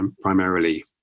primarily